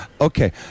Okay